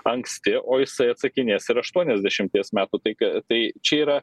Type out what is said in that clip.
anksti o jisai atsakinės ir aštuoniasdešimties metų tai ką tai čia yra